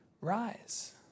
rise